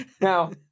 Now